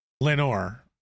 Lenore